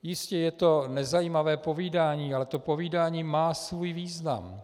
Jistě je to nezajímavé povídání, ale to povídání má svůj význam.